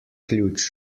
ključ